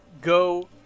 go